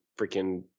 freaking